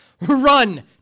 run